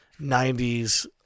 90s